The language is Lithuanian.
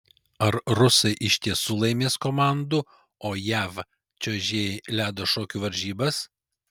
ar rusai iš tiesų laimės komandų o jav čiuožėjai ledo šokių varžybas